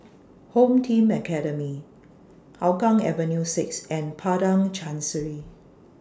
Home Team Academy Hougang Avenue six and Padang Chancery